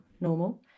normal